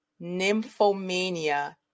nymphomania